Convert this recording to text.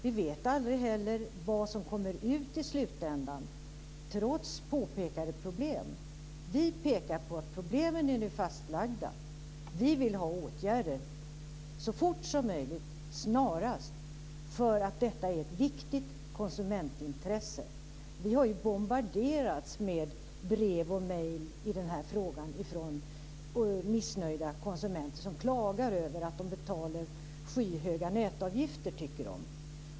Vi vet aldrig heller vad som kommer ut i slutändan, trots påpekade problem. Vi pekar på att problemen är fastlagda. Vi vill ha åtgärder så fort som möjligt, snarast. Detta är ett viktigt konsumentintresse. Vi har bombarderats med brev i denna fråga från missnöjda konsumenter som klagar över att de betalar skyhöga nätavgifter.